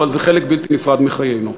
זה חלק בלתי נפרד מחיינו.